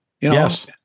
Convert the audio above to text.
Yes